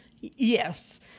Yes